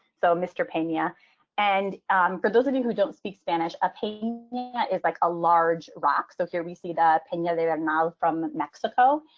so mr. pena and for those of you who don't speak spanish, a pena yeah is like a large rock. so here we see the pena. they are now from mexico.